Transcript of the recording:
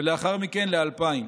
ולאחר מכן ל-2,000.